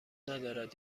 ندارد